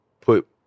put